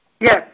Yes